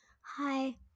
hi